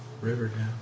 Riverdale